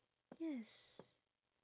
yes